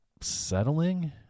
settling